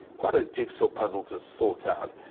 quite a jigsaw puzzle to sort out.